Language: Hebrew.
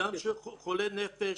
אדם חולה נפש,